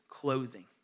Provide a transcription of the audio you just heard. clothing